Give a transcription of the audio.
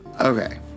Okay